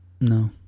No